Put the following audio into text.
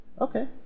Okay